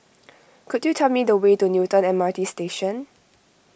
could you tell me the way to Newton M R T Station